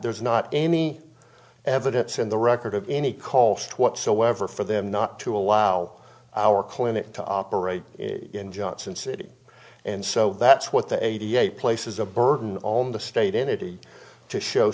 there is not any evidence in the record of any cost whatsoever for them not to allow our clinic to operate in johnson city and so that's what the eighty eight places a burden on the state entity to show